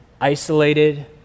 isolated